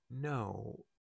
No